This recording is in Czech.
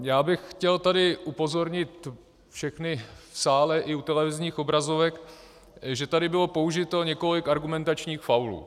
Já bych chtěl tady upozornit všechny v sále i u televizních obrazovek, že tady bylo použito několik argumentačních faulů.